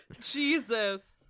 Jesus